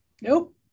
nope